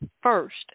first